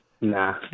Nah